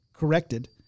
Corrected